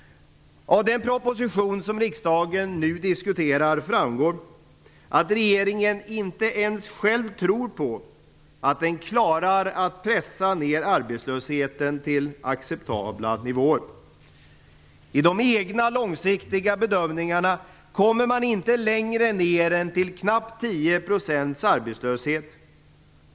Av den proposition som riksdagen nu diskuterar framgår att regeringen inte ens själv tror på att den klarar att pressa ned arbetslösheten till acceptabla nivåer. I de egna långsiktiga bedömningarna kommer man inte längre ner än till knappt 10 % arbetslöshet.